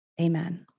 Amen